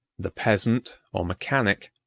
the peasant, or mechanic,